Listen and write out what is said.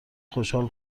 خوشحال